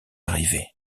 arrivés